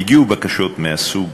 והגיעו בקשות מהסוג